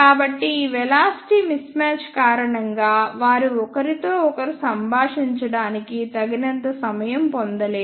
కాబట్టి ఈ velocity mismatch కారణంగా వారు ఒకరితో ఒకరు సంభాషించడానికి తగినంత సమయం పొందలేరు